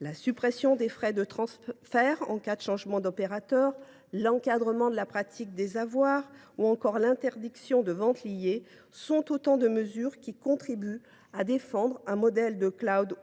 La suppression des frais de transfert en cas de changement d’opérateur, l’encadrement de la pratique des avoirs et l’interdiction de la vente liée sont autant de mesures qui contribueront à défendre un modèle de